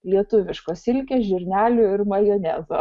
lietuviškos silkės žirnelių ir majonezo